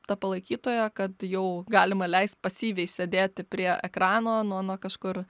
ta palaikytoja kad jau galima leist pasyviai sėdėti prie ekrano nuo nuo kažkur